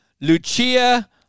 Lucia